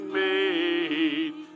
made